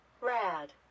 Rad